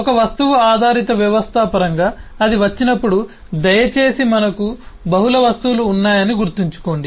ఒక వస్తువు ఆధారిత వ్యవస్థ పరంగా అది వచ్చినప్పుడు దయచేసి మనకు బహుళ వస్తువులు ఉన్నాయని గుర్తుంచుకోండి